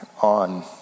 on